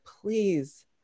please